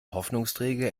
hoffnungsträger